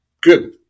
good